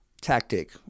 tactic